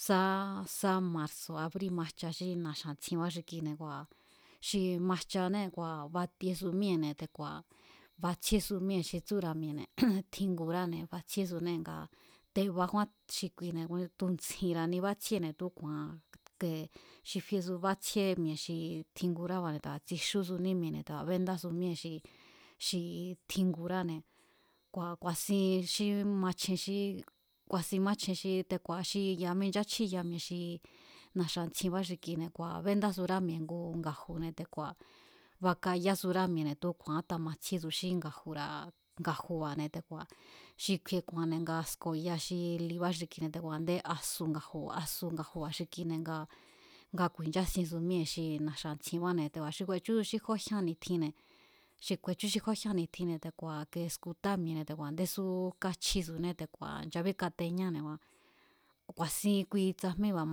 Sá sá marsu̱ abrí majcha xí na̱xa̱ntsjienbá xi kine̱ kua̱ xi majchané kua̱ batiesu míée̱ne̱ te̱ku̱a̱ batsjíésu míée̱ xi tsúra̱ tjinguráne̱, batsjíésunée̱ ngaa̱ teba kjúán xi kuine̱ tu̱ ntsji̱ra̱ni bátsjíéne̱ tu̱úku̱a̱an ke xi fiesu bátsjíé mi̱e̱ xi tjingurába̱ te̱ku̱a̱ tsixúsuní mi̱e̱ne̱ te̱ku̱a̱ béndásu míée̱ xi, xi tjinguráne̱ kua̱ ku̱a̱sin xí machjen xí ku̱a̱sin máchjen xí te̱ku̱a̱ mincháchjíya mi̱e̱ xi na̱xa̱nstjienbá xi kine̱ kua̱ béndásurá mi̱e̱ ngu nga̱ju̱ne̱ te̱ku̱a̱ bakayásúrá mi̱e̱ne̱ tu̱úku̱a̱n kátamatsjíésu xí nga̱ju̱ra̱, nga̱ju̱ba̱ne̱ te̱ku̱a̱ xi kju̱i̱e̱ ku̱a̱nne̱ nga sko̱ya libá xi kuine̱ te̱ku̱a̱ a̱ndé asu nga̱ju̱ba̱, asu nga̱ju̱ba̱ xi kine̱ nga, nga ku̱i̱nchásiensu míée̱ xi na̱xa̱ntsjienbáne̱, te̱ku̱a̱ xi kju̱e̱chúsu xí jó jyán ni̱tjinne̱, xi kju̱e̱chú xi jó jyán ni̱tjinne̱ te̱ku̱a̱ ike skutá mi̱e̱ne̱ te̱ku̱a̱ a̱ndésú káchjísuné te̱ku̱a̱ nchabíkateñáne̱ kua ku̱a̱sín kui tsajmíba̱